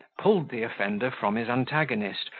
pulled the offender from his antagonist,